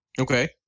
Okay